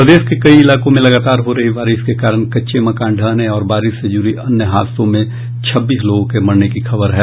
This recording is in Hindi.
प्रदेश के कई इलाकों में लगातार हो रही बारिश के कारण कच्चे मकान ढहने और बारिश से जुड़ी अन्य हादसों में छब्बीस लोगों के मरने की खबर है